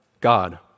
God